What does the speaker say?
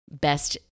Best